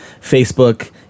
Facebook